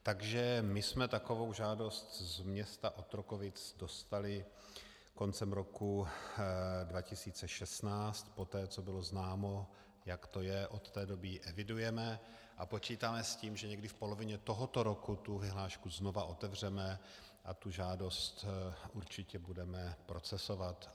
Takže my jsme takovou žádost z města Otrokovic dostali koncem roku 2016 poté, co bylo známo, jak to je, od té doby ji evidujeme a počítáme s tím, že někdy v polovině tohoto roku tu vyhlášku znova otevřeme a tu žádost určitě budeme procesovat.